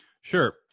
Sure